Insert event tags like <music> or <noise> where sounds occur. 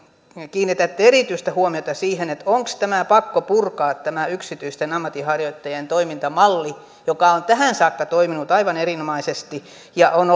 kiinnitätte erityistä huomiota siihen onko pakko purkaa tämä yksityisten ammatinharjoittajien toimintamalli joka on tähän saakka toiminut aivan erinomaisesti ja on <unintelligible>